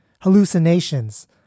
hallucinations